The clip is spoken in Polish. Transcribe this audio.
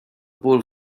ból